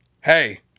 Hey